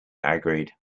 agreed